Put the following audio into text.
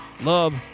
love